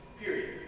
period